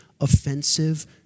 offensive